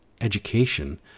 education